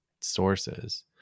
sources